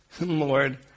Lord